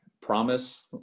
promise